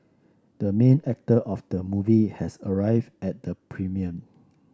the main actor of the movie has arrived at the premiere